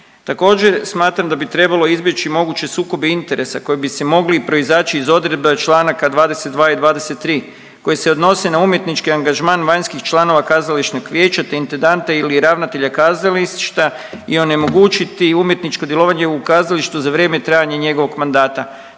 Također smatram da bi trebalo izbjeći moguće sukobe interesa koji se mogli proizaći i odredbe Članaka 22. i 23., koje se odnose na umjetnički angažman vanjskih članova kazališnog vijeća te intendante ili ravnatelja kazališta i onemogućiti umjetničko djelovanje u kazalištu za vrijeme trajanja njegovog mandata.